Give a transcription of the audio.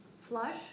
Flush